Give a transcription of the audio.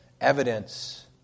Evidence